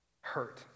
hurt